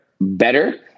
better